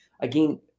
again